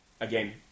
Again